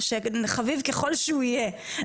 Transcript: חביב ככול שהוא יהיה,